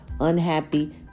unhappy